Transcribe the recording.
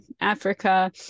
Africa